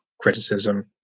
criticism